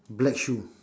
black shoe